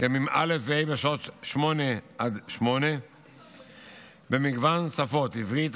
בימים א' ה' בשעות 08:00 20:00 במגוון שפות: עברית,